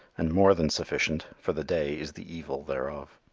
and more than sufficient, for the day is the evil thereof.